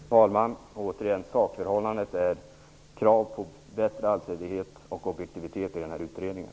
Fru talman! Återigen vill jag säga att sakförhållandet är krav på bättre allsidighet och objektivitet i utredningen.